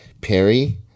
Perry